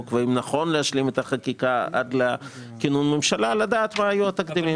ואם נכון להשלים את החקיקה עד לכינון הממשלה - לדעת מה היו התקדימים.